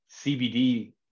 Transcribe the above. CBD